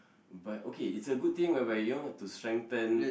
but okay it's a good thing whereby you know to strengthen